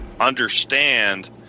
understand